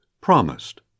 promised